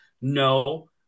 No